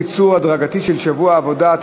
קיצור הדרגתי של שבוע העבודה),